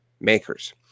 makers